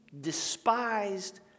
despised